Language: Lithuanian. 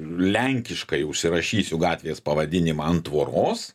lenkiškai užsirašysiu gatvės pavadinimą ant tvoros